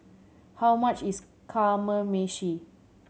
how much is Kamameshi